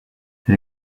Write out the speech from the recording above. elle